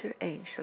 angel